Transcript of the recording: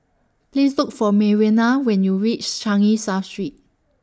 Please Look For Marianna when YOU REACH Changi South Street